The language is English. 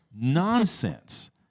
Nonsense